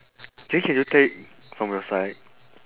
then can you take from your side